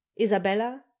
isabella